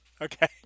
Okay